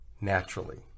naturally